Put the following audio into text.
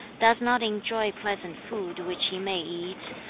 does not enjoy pleasant food which he may eat,